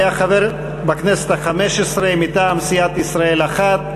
היה חבר בכנסת החמש-עשרה מטעם סיעת ישראל אחת,